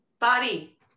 body